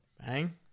Bang